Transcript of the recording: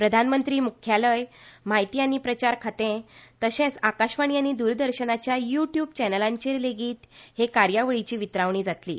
प्रधानमंत्री मुख्यालय म्हायती आनी प्रचार खातें तशेंच आकाशवाणी आनी दुरदर्शनाच्या यू ट्युब चॅनलांचेर लेगीत हे कार्यावळीची वितरावणी जातली